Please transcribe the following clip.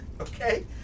Okay